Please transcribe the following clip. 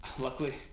luckily